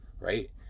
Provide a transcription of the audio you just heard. right